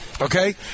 Okay